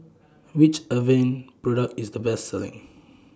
Which Avene Product IS The Best Selling